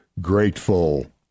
grateful